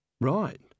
right